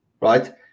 right